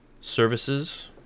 services